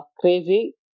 crazy